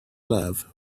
love